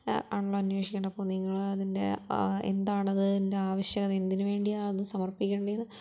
ആണല്ലോ അന്വേഷിക്കേണ്ടപ്പോള് നിങ്ങള് അതിൻ്റെ എന്താണത് അതിൻ്റെ ആവശ്യകത എന്തിനുവേണ്ടിയാണ് അത് സമർപ്പിക്കേണ്ടിയത്